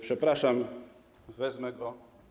Przepraszam, wezmę go.